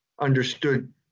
understood